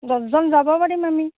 দছজন যাব পাৰিম আমি